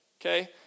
Okay